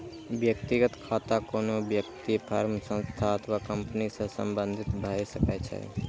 व्यक्तिगत खाता कोनो व्यक्ति, फर्म, संस्था अथवा कंपनी सं संबंधित भए सकै छै